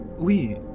oui